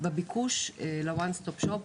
רואים ירידה בביקוש ל-ONE STOP SHOP,